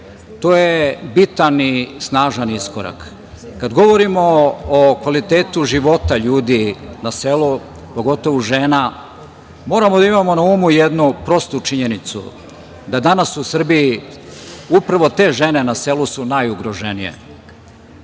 To je bitan i snažan iskorak. Kada govorimo o kvalitetu života ljudi na selu, pogotovo žena, moramo da imamo na umu jednu prostu činjenicu, da danas u Srbiji upravo te žene na selu su najugroženije.